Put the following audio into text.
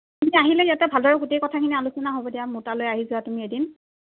তুমি আহিলে ইয়াতে ভালদৰে গোটেই কথাখিনি আলোচনা হ'ব দিয়া মোৰ তালৈ আহি যোৱা তুমি এদিন